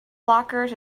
blockers